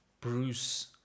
Bruce